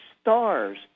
stars